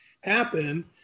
happen